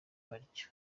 baricyo